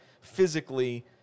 physically